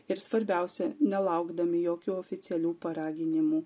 ir svarbiausia nelaukdami jokių oficialių paraginimų